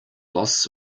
loss